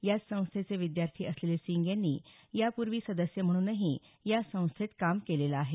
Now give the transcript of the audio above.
याच संस्थेचे विद्यार्थी असलेले सिंग यांनी यापूर्वी सदस्य म्हणूनही या संस्थेत काम केलेलं आहे